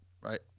Right